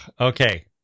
okay